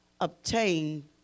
obtain